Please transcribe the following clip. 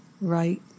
right